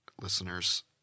listeners